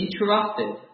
interrupted